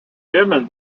firmen